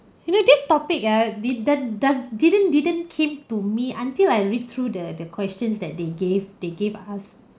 you know this topic ah they done done didn't didn't came to me until I read through the the questions that they gave they gave us